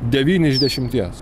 devyni iš dešimties